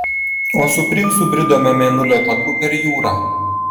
o su princu bridome mėnulio taku per jūrą